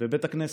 בבית הכנסת.